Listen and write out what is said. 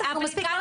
מספיק,